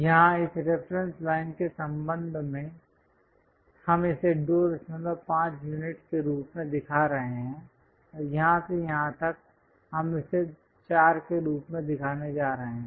यहां इस reference line के संबंध में हम इसे 25 यूनिट के रूप में दिखा रहे हैं और यहां से यहां तक हम इसे 4 के रूप में दिखाने जा रहे हैं